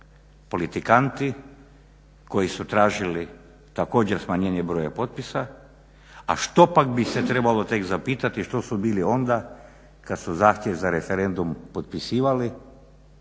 politikanti koji su tražili također smanjenje broja potpisa, a što pak bi se trebalo tek zapitati što su bili onda kad su zahtjev za referendum potpisivali